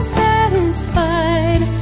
satisfied